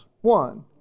One